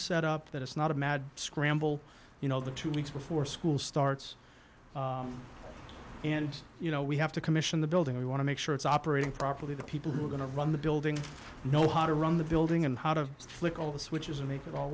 set up that it's not a mad scramble you know the two weeks before school starts and you know we have to commission the building we want to make sure it's operating properly the people who are going to run the building know how to run the building and how to flip all the switches and make it all